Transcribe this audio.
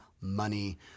money